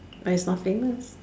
but it's not famous